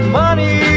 money